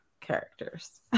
characters